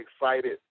excited